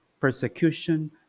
persecution